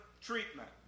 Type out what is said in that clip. treatment